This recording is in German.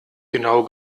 genau